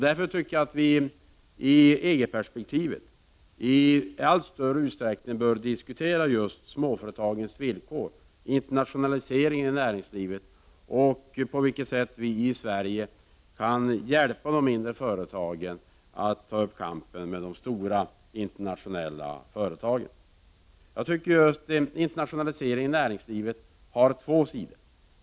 Därför tycker jag att vi i EG-perspektivet i allt större utsträckning bör diskutera just småföretagens villkor, internationaliseringen i näringslivet och på vilket sätt vi i Sverige kan hjälpa de mindre företagen att ta upp kampen med de stora internationella företagen. Jag tycker att internationaliseringen av näringslivet har två sidor.